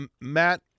Matt